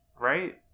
Right